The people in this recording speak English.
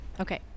Okay